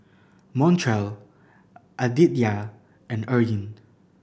Montrell Aditya and Eryn